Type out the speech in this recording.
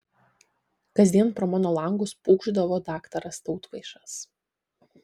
kasdien pro mano langus pūkšdavo daktaras tautvaišas